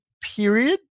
period